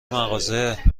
مغازه